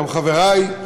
גם חברי,